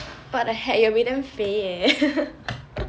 but what the heck you will be damn 肥 leh